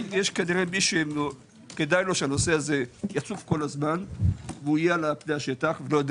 כדאי למישהו שהנושא הזה יצוף על פני השטח לא יודע